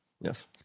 Yes